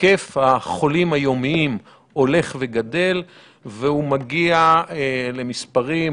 שהיקף החולים היומיים הולך וגדל והוא מגיע למספרים,